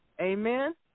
Amen